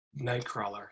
Nightcrawler